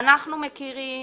אנחנו מכירים